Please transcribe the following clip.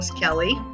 Kelly